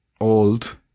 old